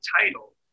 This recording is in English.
title